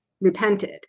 repented